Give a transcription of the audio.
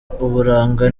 uburanga